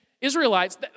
Israelites